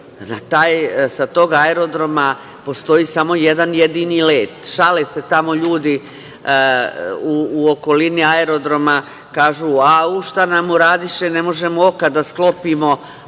Sa tog aerodroma postoji samo jedan jedini let. Šale se tamo ljudi u okolini aerodroma, kažu – au, šta nam uradiše, ne možemo oka da sklopimo,